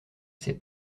ses